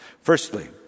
Firstly